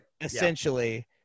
essentially